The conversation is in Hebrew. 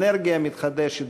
אנרגיה מתחדשת,